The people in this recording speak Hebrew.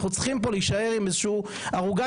אנחנו צריכים להישאר פה עם איזושהי ערוגת